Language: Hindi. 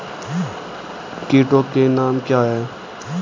कीटों के नाम क्या हैं?